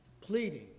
pleading